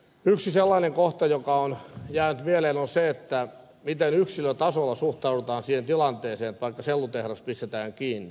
yksi sellainen kohta joka on jäänyt mieleen on se miten yksilötasolla suhtaudutaan siihen tilanteeseen että vaikkapa sellutehdas pistetään kiinni